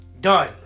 Done